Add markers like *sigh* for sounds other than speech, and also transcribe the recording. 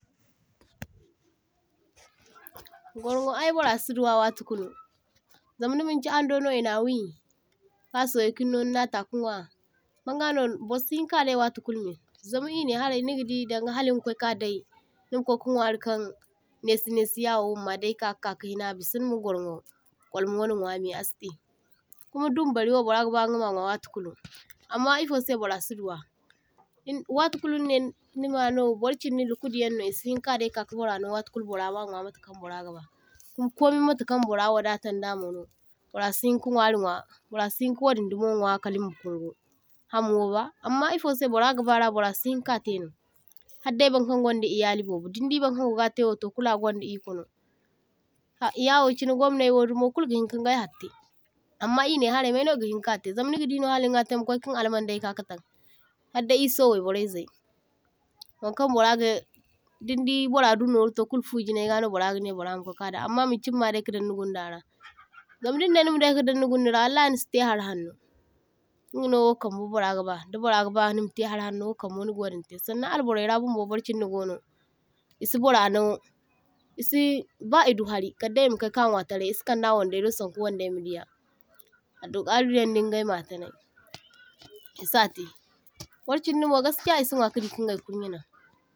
*noise* toh – toh Gwarwo ai bara si duwa watu kulu, zam da manchi ando no i na wi ka soye kiŋ no nina ta ka nwa manga no bar si hiŋ ka dai watu kulu me, zam i ne harai niga di danga hala niga kwai ka dai niga kwai ka nwari kan nesi nesi yawo ma daika ka kahina a bisa nima gwarwo kolama nwa me asi te, kuma dum bari wo bara gaba inga ma nwa wati kulu amma ifose bara si duwa, in wati kulu nima ne nima no bar chindi lukudi yaŋ no isi hin ka daika ka bara no wati kulu bara ma nwa matakaŋ bara ga ba. Kuma komai matakaŋ bara wadatan da mono bara si hinka nwari nwa bara si hinka wadiŋ dumo nwa kal ma kungu ham wo ba, amma ifose bara ga ba ra barasi hinka teno haddai bankan ganda iyali bobo nidi bankaŋ go gate wo kulu aganda iko no. A yawo chine gomnai wo dumo kul ga hin kin gai hari te amma i ne harai maino gi hin ka te zamma niga di no hala nigate ma kwai kiŋ alwaŋ day ka ka taŋ, haddai i so waiboraizai, wanka bara ga dindi bara du noru to kul fu jinai ga no bara gane bara ma kwai ka daŋ, amma manchi ni ma dai ka dan ni gundara, zam din ne nima dan ni gunda ra wallahi nisi te hari hanno ingano wo kam bara gaba, da bara gaba nima te hari hanno wo kai niga wadiŋ te. Sannan albarai ra mo bar chindi gono isi bara no isi ba i du hari kaddai ima kai ka nwa tarai isi kanda wandai do sanku wandai ma diya, abdul kadiriyaŋ diŋ gai matanai isate bar chindi mo gaskiya isi nwa ka dikiŋ gai kurnya naŋ.